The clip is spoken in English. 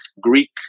Greek